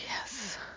Yes